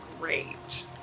Great